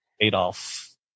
Adolf